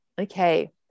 okay